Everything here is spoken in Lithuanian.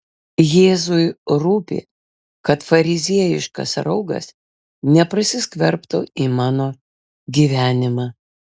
jėzui rūpi kad fariziejiškas raugas neprasiskverbtų į mano gyvenimą